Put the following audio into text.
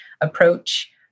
approach